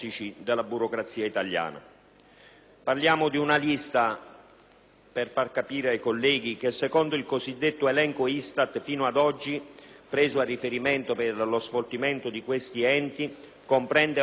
Parliamo di una lista, per una migliore comprensione dei colleghi, che secondo il cosiddetto elenco ISTAT, fino ad oggi preso a riferimento per lo sfoltimento di questi enti, comprende oltre 340 strutture.